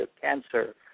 cancer